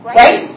right